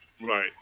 Right